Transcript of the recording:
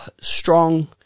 strong